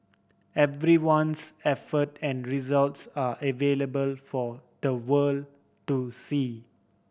everyone's effort and results are available for the world to see